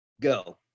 Go